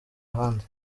ahandi